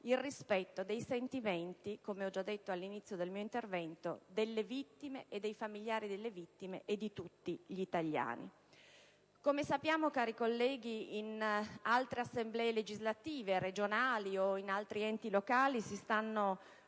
del rispetto dei sentimenti, come ho già detto all'inizio del mio intervento, delle vittime, dei loro familiari e di tutti gli italiani. Come sappiamo, cari colleghi, in alcune Assemblee legislative regionali e enti locali si stanno